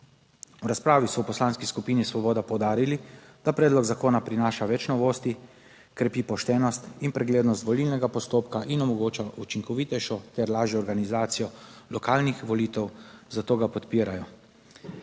V razpravi so v Poslanski skupini Svoboda poudarili, da predlog zakona prinaša več novosti, krepi poštenost in preglednost volilnega postopka in omogoča učinkovitejšo ter lažjo organizacijo lokalnih volitev, zato ga podpirajo.